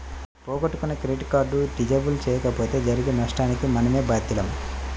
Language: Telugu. పోగొట్టుకున్న క్రెడిట్ కార్డు డిజేబుల్ చేయించకపోతే జరిగే నష్టానికి మనమే బాధ్యులం